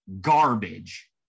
garbage